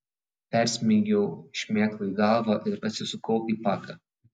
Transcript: persmeigiau šmėklai galvą ir atsisukau į paką